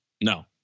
No